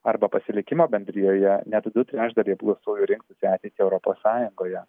arba pasilikimo bendrijoje net du trečdaliai apklaustųjų rinktųsi ateitį europos sąjungoje